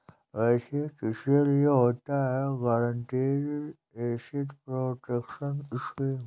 वैसे किसके लिए होता है गारंटीड एसेट प्रोटेक्शन स्कीम?